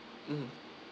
um